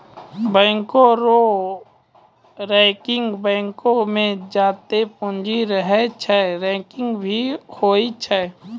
बैंको रो रैंकिंग बैंको मे जत्तै पूंजी रहै छै रैंकिंग भी होय छै